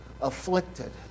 Afflicted